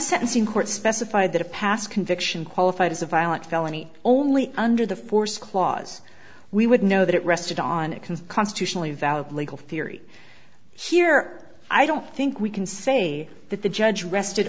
sentencing court specify that a pass conviction qualified as a violent felony only under the force clause we would know that it rested on a can constitutionally valid legal theory here i don't think we can say that the judge rested